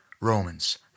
Romans